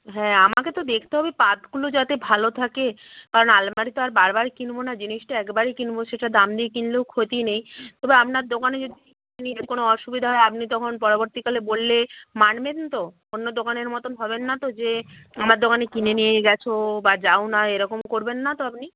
হ্যাঁ আমাকে তো দেখতে হবে পাতগুলো যাতে ভালো থাকে কারণ আলমারি তো আর বারবার কিনব না জিনিসটা একবারই কিনব সেটা দাম দিয়ে কিনলেও ক্ষতি নেই তবে আপনার দোকানে যদি কোনো অসুবিধা হয় আপনি তখন পরবর্তীকালে বললে মানবেন তো অন্য দোকানের মতন হবেন না তো যে আমার দোকানে কিনে নিয়ে গেছ বা যাও না এরকম করবেন না তো আপনি